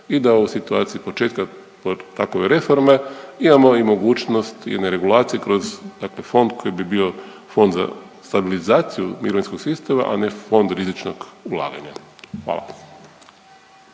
i da u situaciji početka od takove reforme imamo i mogućnost jedne regulacije kroz, dakle fond koji bi bio fond za stabilizaciju mirovinskog sistema, a ne Fond rizičnog ulaganja. Hvala.